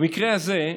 במקרה הזה,